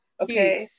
okay